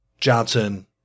Johnson